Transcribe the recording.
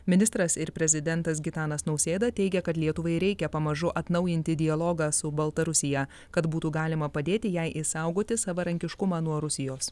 ministras ir prezidentas gitanas nausėda teigia kad lietuvai reikia pamažu atnaujinti dialogą su baltarusija kad būtų galima padėti jai išsaugoti savarankiškumą nuo rusijos